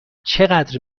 چقدر